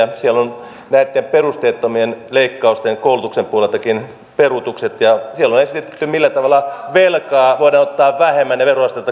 siellä on näitten perusteettomien leikkausten koulutuksen puoleltakin peruutukset ja siellä on esitetty millä tavalla velkaa voidaan ottaa vähemmän ja veroastetta korottamatta